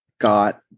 got